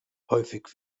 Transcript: häufig